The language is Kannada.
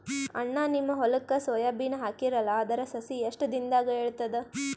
ಅಣ್ಣಾ, ನಿಮ್ಮ ಹೊಲಕ್ಕ ಸೋಯ ಬೀನ ಹಾಕೀರಲಾ, ಅದರ ಸಸಿ ಎಷ್ಟ ದಿಂದಾಗ ಏಳತದ?